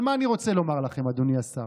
אבל מה אני רוצה לומר לכם, אדוני השר?